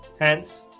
hence